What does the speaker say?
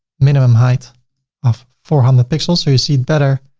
minimum height of four hundred pixels or you see it better.